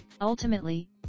ultimately